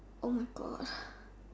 oh my God